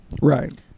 Right